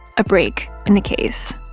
a break in the case